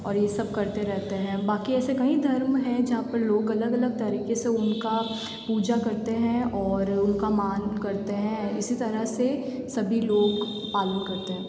और ये सब करते रहते हैं बाकि ऐसे कईं धर्म हैं जहाँ पर लोग अलग अलग तरीके से उनका पूजा करते हैं और उनका मान करते हैं इसी तरह से सभी लोग पालन करते हैं